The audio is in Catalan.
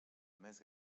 més